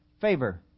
favor